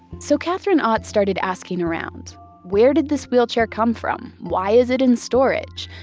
so katherine ott started asking around where did this wheelchair come from? why is it in storage?